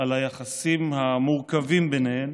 על היחסים המורכבים ביניהן,